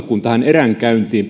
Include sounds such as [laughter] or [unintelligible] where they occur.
[unintelligible] kuin pelkästään tähän eränkäyntiin [unintelligible]